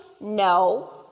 No